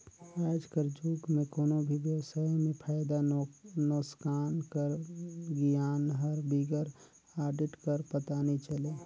आएज कर जुग में कोनो भी बेवसाय में फयदा नोसकान कर गियान हर बिगर आडिट कर पता नी चले